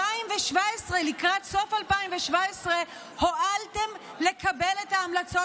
ולקראת סוף 2017 הואלתם לקבל את ההמלצות